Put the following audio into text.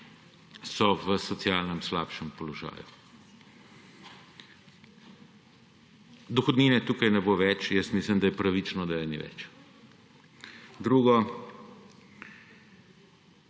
so v socialno slabšem položaju. Dohodnine tukaj ne bo več. Mislim, da je pravično, da je ni več. Drugo,